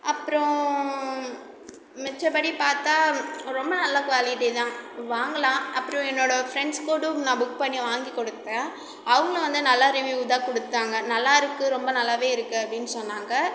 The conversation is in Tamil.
அப்புறோம் மிச்சபடி பார்த்தா ரொம்ப நல்ல குவாலிட்டி தான் வாங்கலாம் அப்புறோம் என்னோடய ஃப்ரெண்ட்ஸ் கூடம் நான் புக் பண்ணி வாங்கிக்கொடுத்தேன் அவங்களும் வந்து நல்லா ரிவ்யூவ் தான் கொடுத்தாங்க நல்லாயிருக்கு ரொம்ப நல்லாவே இருக்குது அப்படின்னு சொன்னாங்கள்